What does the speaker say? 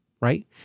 right